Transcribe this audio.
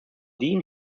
dean